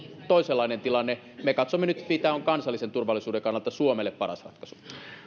toisenlainen tilanne me katsomme nyt mikä on kansallisen turvallisuuden kannalta suomelle paras ratkaisu